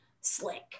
slick